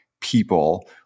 people